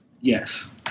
Yes